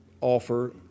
offer